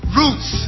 roots